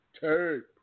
turd